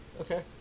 okay